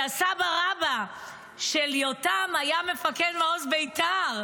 והסבא-רבא של יותם היה מפקד מעוז בית"ר,